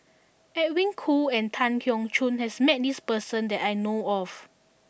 Edwin Koo and Tan Keong Choon has met this person that I know of